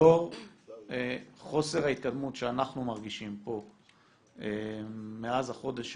לאור חוסר ההתקדמות שאנחנו מרגישים פה מאז החודש שחלף,